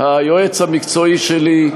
היועץ המקצועי שלי,